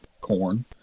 corn